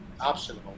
Optional